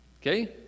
Okay